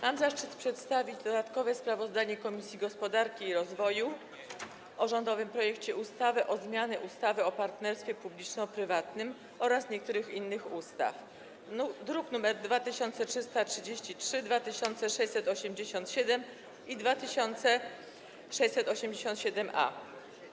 Mam zaszczyt przedstawić dodatkowe sprawozdanie Komisji Gospodarki i Rozwoju o rządowym projekcie ustawy o zmianie ustawy o partnerstwie publiczno-prywatnym oraz niektórych innych ustaw, druki nr 2333, 2687 i 2687-A.